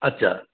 আচ্ছা